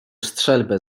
strzelbę